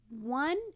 one